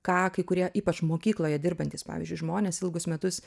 ką kai kurie ypač mokykloje dirbantys pavyzdžiui žmonės ilgus metus